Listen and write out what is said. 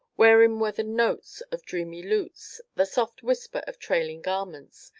wherein were the notes of dreamy lutes, the soft whisper of trailing garments,